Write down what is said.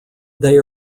they